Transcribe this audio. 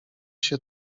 się